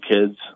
kids